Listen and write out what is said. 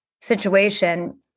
situation